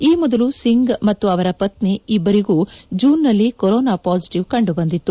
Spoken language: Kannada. ಈ ಮೊದಲು ಸಿಂಗ್ ಮತ್ತು ಅವರ ಪತ್ನಿ ಇಬ್ಬರಿಗೂ ಜೂನ್ನಲ್ಲಿ ಕೊರೊನಾ ಪಾಸಿಟವ್ ಕಂಡುಬಂದಿತ್ತು